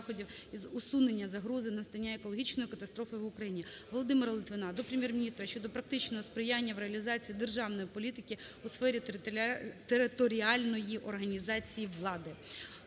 із усунення загрози настання екологічної катастрофи в Україні. Володимира Литвина до Прем'єр-міністра щодо практичного сприяння в реалізації державної політики у сфері територіальної організації влади.